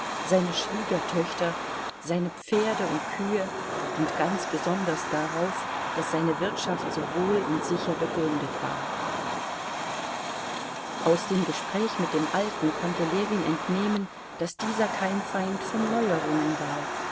seine schwiegertöchter seine pferde und kühe und ganz besonders darauf daß seine ganze wirtschaft so wohl und sicher begründet war aus dem gespräch mit dem alten konnte ljewin entnehmen daß dieser kein feind von neuerungen war